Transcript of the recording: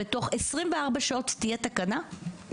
ותוך 24 שעות תהיה תקנה?